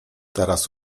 teraz